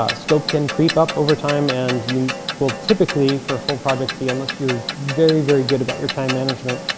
ah scope can creep up over time and you well, typically for a full project fee, unless you're very, very good about your time management,